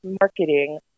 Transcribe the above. marketing